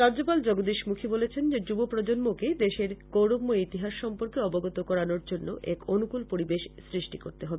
রাজ্যপাল জগদীশ মুখী বলেছেন যে যুব প্রজন্মকে দেশের গৌরবময় ইতিহাস সম্পর্কে অবগত করানোর জন্য এক অনুকূল পরিবেশ সৃষ্টি করতে হবে